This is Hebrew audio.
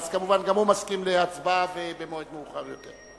גם הוא מסכים להצבעה במועד מאוחר יותר.